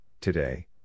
today